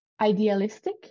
idealistic